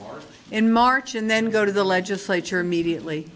us in march and then go to the legislature immediately